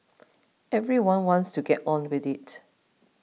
everyone wants to get on with it